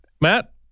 Matt